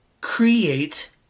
create